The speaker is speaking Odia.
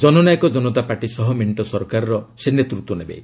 ଜନନାୟକ ଜନତା ପାର୍ଟି ସହ ମେଣ୍ଟ ସରକାରର ସେ ନେତୃତ୍ୱ ନେବେ